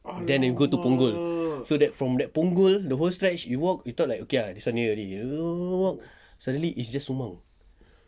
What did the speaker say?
then you go to punggol so that from punggol the whole stretch you walk you thought like okay ah this one near already you walk walk walk suddenly it's just sumang